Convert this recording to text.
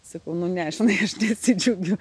sakau nu nežinau aš nesidžiaugiu